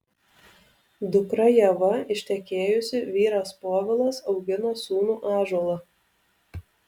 dukra ieva ištekėjusi vyras povilas augina sūnų ąžuolą